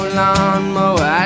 lawnmower